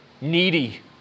Needy